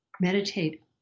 meditate